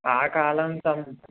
ఆ కాలం తం